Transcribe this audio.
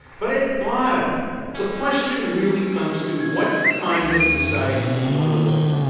but at bottom the question really comes to what kind of society do you want to live in?